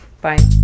Bye